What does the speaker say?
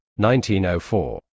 1904